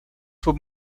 would